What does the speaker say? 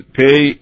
pay